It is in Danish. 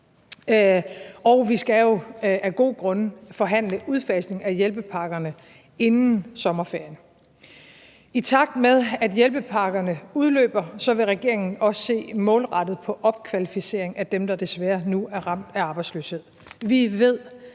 og vi skal jo af gode grunde forhandle udfasning af hjælpepakkerne inden sommerferien. I takt med at hjælpepakkerne udløber, vil regeringen også se målrettet på opkvalificering af dem, der desværre nu er ramt af arbejdsløshed.